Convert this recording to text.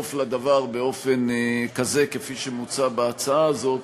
סוף לדבר באופן כזה כפי שמוצע בהצעה הזאת.